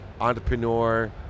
entrepreneur